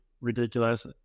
ridiculous